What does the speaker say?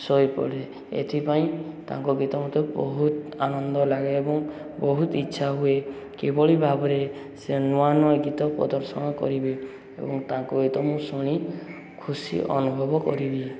ଶୋଇ ପଡ଼େ ଏଥିପାଇଁ ତାଙ୍କ ଗୀତ ମୋତେ ବହୁତ ଆନନ୍ଦ ଲାଗେ ଏବଂ ବହୁତ ଇଚ୍ଛା ହୁଏ କିଭଳି ଭାବରେ ସେ ନୂଆ ନୂଆ ଗୀତ ପ୍ରଦର୍ଶନ କରିବେ ଏବଂ ତାଙ୍କ ଗୀତ ମୁଁ ଶୁଣି ଖୁସି ଅନୁଭବ କରିବି